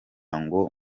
ngo